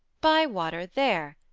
bywater there!